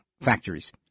factories